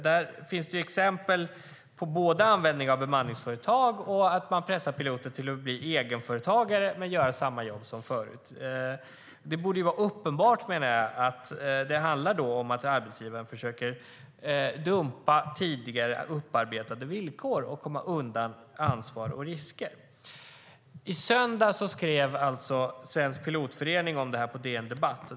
Det finns exempel både på användning av bemanningsföretag och på att piloter pressas till att bli egenföretagare som gör samma jobb som tidigare. Det borde vara uppenbart att det handlar om att arbetsgivaren försöker dumpa tidigare upparbetade villkor och komma undan ansvar och risker. I söndags skrev Svensk Pilotförening om denna fråga på DN Debatt.